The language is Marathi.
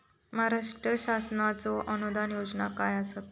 महाराष्ट्र शासनाचो अनुदान योजना काय आसत?